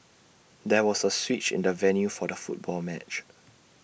there was A switch in the venue for the football match